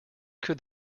could